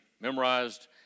memorized